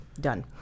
done